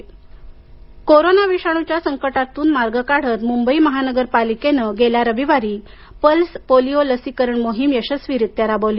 pulse polio corona विषाणूच्या संकटातून मार्ग काढत मुंबई महानगरपालिकेनं गेल्या रविवारी पल्स पोलिओ लसीकरण मोहीम यशस्वीरित्या राबवली